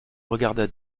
regarda